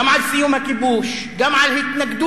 תציב את העניין של ספטמבר, של שתי מדינות,